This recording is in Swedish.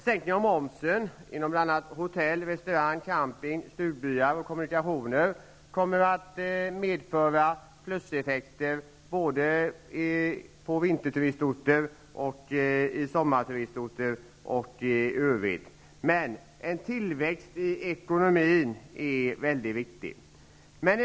Sänkningen av momsen bl.a. när det gäller hotell och restaurangbranschen, campingar, stugbyar och kommunikationer kommer att ge positiva effekter för både vinter och sommarturistorter men också i övrigt. Men tillväxten i ekonomin är också en väldigt viktig faktor.